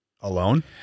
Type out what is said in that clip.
alone